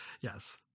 yes